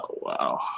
wow